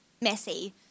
messy